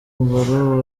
umwambaro